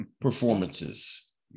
performances